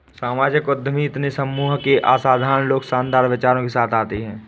सामाजिक उद्यमी इतने सम्मोहक ये असाधारण लोग शानदार विचारों के साथ आते है